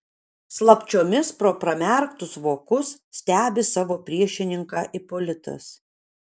slapčiomis pro pramerktus vokus stebi savo priešininką ipolitas